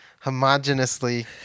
homogeneously